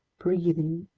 breathing,